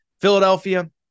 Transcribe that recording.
Philadelphia